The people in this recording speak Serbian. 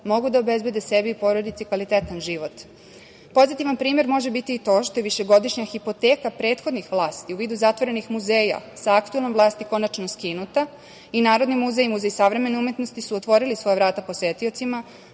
mogu da obezbede sebi i porodici kvalitetan život. Pozitivan primer može biti i to što je višegodišnja hipoteka prethodnih vlasti u vidu zatvorenih muzeja, sa aktuelnom vlasti konačno skinuta i Narodni muzej i Muzej savremene umetnosti su otvorili svoja vrata posetiocima,